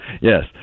Yes